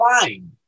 fine